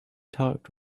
talked